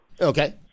Okay